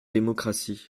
démocratie